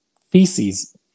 feces